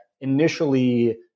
initially